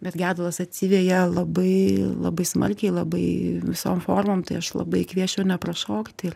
bet gedulas atsiveja labai labai smarkiai labai visom formom tai aš labai kviesčiau neprašokti ir